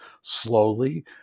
slowly